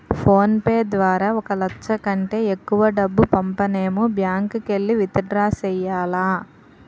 phone pay ద్వారా ఒక లచ్చ కంటే ఎక్కువ డబ్బు పంపనేము బ్యాంకుకెల్లి విత్ డ్రా సెయ్యాల